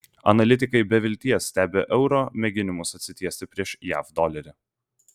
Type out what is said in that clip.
analitikai be vilties stebi euro mėginimus atsitiesti prieš jav dolerį